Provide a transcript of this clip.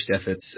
efforts